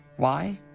why?